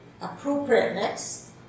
appropriateness